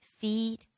feed